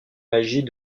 magie